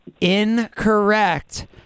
incorrect